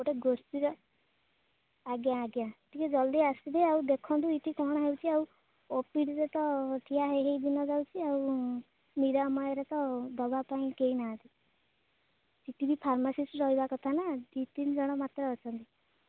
ଗୋଟେ ଗୋଷ୍ଠୀର ଆଜ୍ଞା ଆଜ୍ଞା ଟିକିଏ ଜଲ୍ଦି ଆସିବେ ଆଉ ଦେଖନ୍ତୁ ଏଇଠି କ'ଣ ହେଉଛି ଆଉ ଓପିଡ଼ିରେ ତ ଠିଆ ହେଇ ହେଇଦିନ ଯାଉଛି ଆଉ ନିରାମୟରେ ତ ଦେବା ପାଇଁ କେହି ନାହାନ୍ତି ସେଇଠି ବି ଫାର୍ମାସିଷ୍ଟ ରହିବା କଥା ନା ଦୁଇ ତିନି ଜଣ ମାତ୍ରା ଅଛନ୍ତି